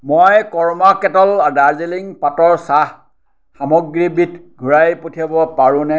মই Karma kettle Darjeeling পাতৰ চাহ সামগ্ৰীবিধ ঘূৰাই পঠিয়াব পাৰোঁনে